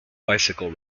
bicycle